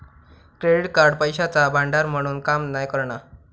credit card पैशाचा भांडार म्हणून काम नाय करणा